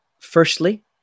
firstly